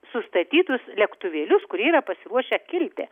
sustatytus lėktuvėlius kurie yra pasiruošę kilti